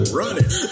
running